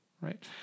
right